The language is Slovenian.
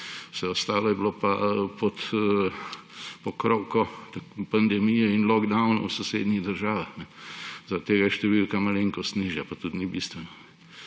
vse ostalo je bilo pa pod pokrovko pandemije in lockdownov v sosednjih državah. Zaradi tega je številka malenkost nižja, pa tudi ni bistveno.